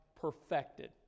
perfected